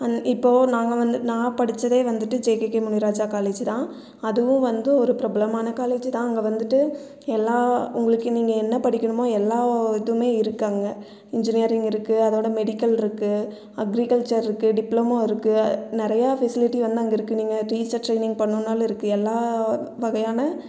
இப்போது நாங்கள் வந்து நான் படித்ததே வந்துட்டு ஜேகேகே முனிராஜா காலேஜ் தான் அதுவும் வந்து ஒரு பிரபலமான காலேஜ் தான் அங்கே வந்துட்டு எல்லாம் உங்களுக்கு நீங்கள் என்ன படிக்கணுமோ எல்லா இதுவுமே இருக்குது அங்கே இன்ஜினியரிங் இருக்குது அதோடு மெடிக்கல் இருக்குது அக்ரிகல்ச்சர் இருக்குது டிப்ளமோ இருக்குது நிறைய ஃபெசிலிட்டி வந்து அங்கே இருக்குது நீங்கள் டீச்சர் ட்ரைனிங் பண்ணனும்னாலும் இருக்குது எல்லா வகையான